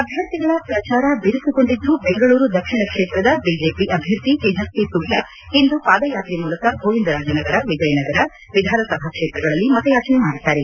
ಅಭ್ಯರ್ಥಿಗಳ ಪ್ರಚಾರ ಬಿರುಸುಗೊಂಡಿದ್ದು ಬೆಂಗಳೂರು ದಕ್ಷಿಣ ಕ್ಷೇತ್ರದ ಬಿಜೆಪಿ ಅಭ್ಯರ್ಥಿ ತೇಜಸ್ವಿ ಸೂರ್ಯ ಇಂದು ಪಾದಯಾತ್ರೆ ಮೂಲಕ ಗೋವಿಂದರಾಜನಗರ ವಿಜಯನಗರ ವಿಧಾನಸಭಾ ಕ್ಷೇತ್ರಗಳಲ್ಲಿ ಮತಯಾಚನೆ ಮಾಡಿದ್ದಾರೆ